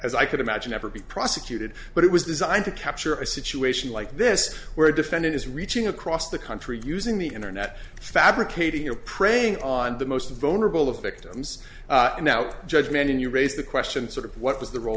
as i could imagine ever be prosecuted but it was designed to capture a situation like this where a defendant is reaching across the country using the internet fabricating a preying on the most vulnerable of victims and now judgment and you raised the question sort of what was the rol